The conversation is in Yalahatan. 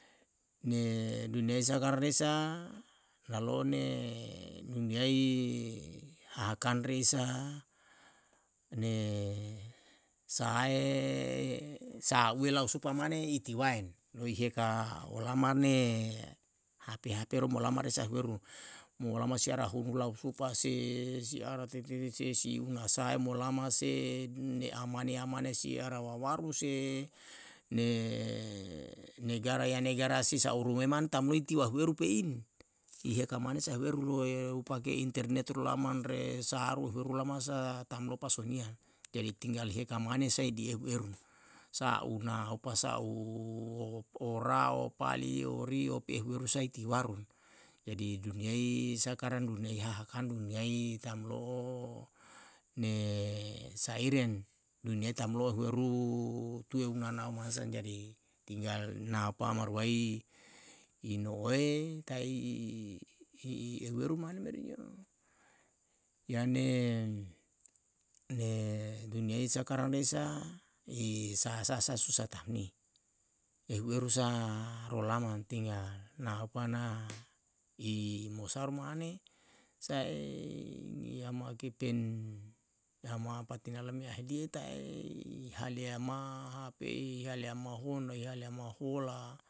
Ne dunyai sakarang ne sa nalo'o ne dunyai hakan reisa ne sahae sa'ue lau supa mane iti waen loi heka olamane hp hp ru molama resa ehu eru molama si ara hunu lau supa se si ana tete tetesi una sae molama se dunyai amane amane si ara wawaru se ne negara ya negara si sa uru me mane tamlo iti wahueru pe'in, i heka mane sa ehu eru loe pake internet rolaman re sa'aru ehu rolama sa tamlo pasonia. jadi tinggal i heka mane sai di ehu eru sa una opa sa'u ora opali ori ope ehu eru sai tiwaru. jadi dunyai sakarang dunyai hahakanu dunyai tamlo'o ne sairen dunyai tamlo'o ehu eru tue unana u mansa jadi tinggal na opa ma ruai i no'e tai i ehu eru mane merio. yane ne dunyai sakarang ne sa i sahasa sa susah tamni, ehu eru sa rolaman tinggal na opa na i mosaru mane sae ni yama o kepen yama patinala me ahiele ta'e i hale ama hp i hale ama honda i hale ama hola